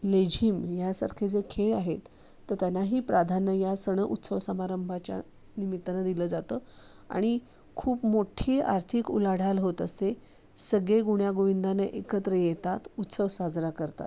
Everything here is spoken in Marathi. लेझिम यासारखे जे खेळ आहेत तर त्यांनाही प्राधान्य या सण उत्सव समारंभाच्या निमित्तानं दिलं जातं आणि खूप मोठी आर्थिक उलाढाल होत असते सगळे गुण्यागोविंदाने एकत्र येतात उत्सव साजरा करतात